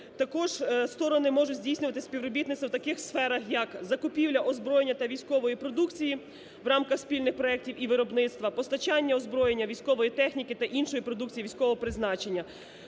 Також сторони можуть здійснювати співробітництво в таких сферах як закупівля озброєння та військової продукції в рамках спільних проектів і виробництва. Постачання озброєння, військової техніки та іншої продукції військового призначення,